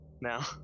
now